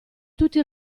tutti